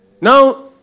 Now